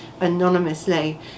anonymously